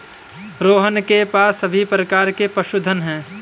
रोहन के पास सभी प्रकार के पशुधन है